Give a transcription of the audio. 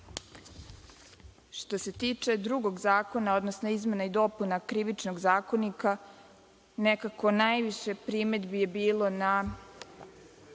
se tiče drugog zakona, odnosno izmena i dopuna Krivičnog zakonika, nekako najviše primedbi je bilo na